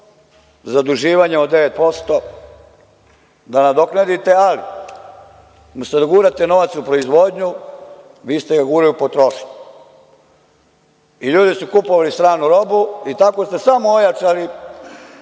zaduživanje od 9% da nadoknadite, ali umesto da gurate novac u proizvodnju, vi ste ga gurali u potrošnju. Ljudi su kupovali stranu robu i tako ste samo ojačali